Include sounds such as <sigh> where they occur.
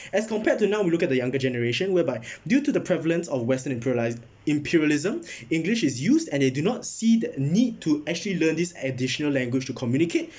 as compared to now we look at the younger generation whereby <breath> due to the prevalence of western imperiali~ imperialism english is used and they do not see the need to actually learn this additional language to communicate